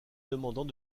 demandant